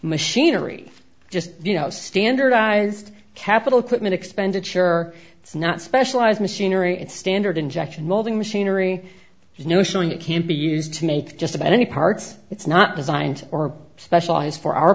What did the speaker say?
machinery just you know standardized capital equipment expenditure it's not specialized machinery it's standard injection molding machinery you know showing it can't be used to make just about any parts it's not designed or specialized for our